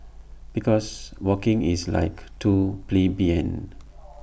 because walking is like too plebeian